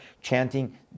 chanting